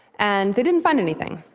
and they didn't find anything.